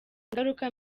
ingaruka